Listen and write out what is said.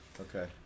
Okay